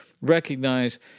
recognize